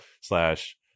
slash